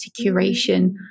curation